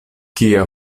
kia